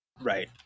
Right